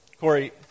Corey